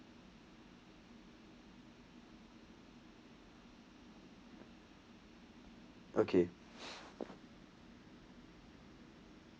okay